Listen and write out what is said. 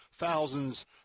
thousands